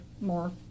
more